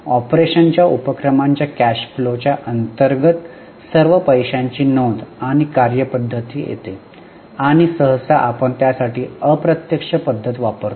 operation च्या उपक्रमांच्या cash फ्लोच्या अंतर्गत सर्व पैशांची नोंद आणि कार्यपद्धती येते आणि सहसा आपण त्यासाठी अप्रत्यक्ष पद्धत वापरतो